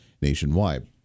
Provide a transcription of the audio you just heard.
nationwide